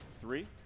three